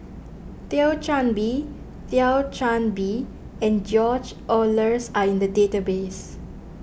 Thio Chan Bee Thio Chan Bee and George Oehlers are in the database